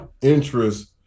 interest